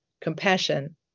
compassion